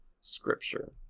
scripture